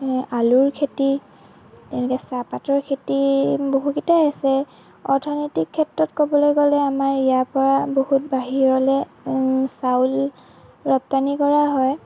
আলুৰ খেতি তেনেকৈ চাহপাতৰ খেতি বহুকেইটাই আছে অৰ্থনৈতিক ক্ষেত্ৰত ক'বলৈ গ'লে আমাৰ ইয়াৰ পৰা বহুত বাহিৰলৈ চাউল ৰপ্তানী কৰা হয়